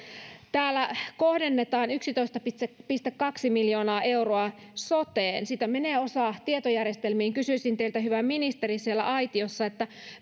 täällä kohdennetaan yksitoista pilkku kaksi miljoonaa euroa soteen siitä menee osa tietojärjestelmiin kysyisin teiltä hyvä ministeri siellä aitiossa että